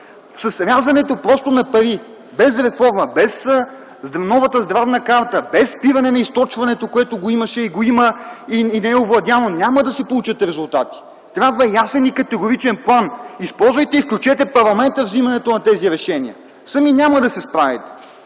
с рязането на пари без реформа, без новата здравна карта, без спиране на източването, което го имаше и го има, и не е овладяно, няма да се получат резултати. Трябва ясен и категоричен план. Използвайте и включете парламента във взимането на тези решения. Сами няма да се справите.